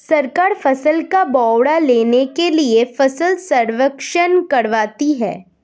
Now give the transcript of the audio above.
सरकार फसल का ब्यौरा लेने के लिए फसल सर्वेक्षण करवाती है